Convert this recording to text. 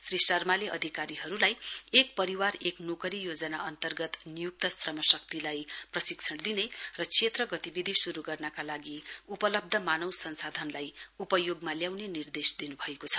श्री शर्माले अधिकारीहरुलाई एक परिवार एक नोकरी योजना अन्तर्गत नियुक्त श्रमशक्तिलाई प्रशिक्षण दिने र क्षेत्र गतिविधि शुरु गर्नका लागि उपलब्ध मानव संसाधनलाई उपयोगमा ल्याउने निर्देश दिनुभएको छ